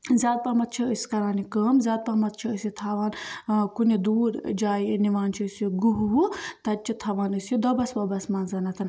زیاد پَہم چھِ أسۍ کَران یہِ کٲم زیاد پَہم چھِ أسۍ یہِ تھاوان ٲں کُنہِ دوٗر جایہِ نِوان چھِ أسۍ یہِ گوہ وُہ تَتہِ چھِ تھاوان أسۍ یہِ دۄبَس وۄبَس منٛز